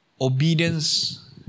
obedience